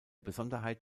besonderheit